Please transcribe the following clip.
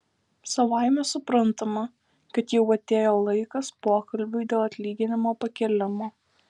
savaime suprantama kad jau atėjo laikas pokalbiui dėl atlyginimo pakėlimo